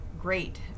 great